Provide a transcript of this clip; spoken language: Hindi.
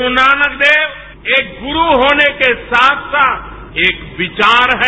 गुरू नानक देव एक गुरू होने के साथ साथ एक विचार है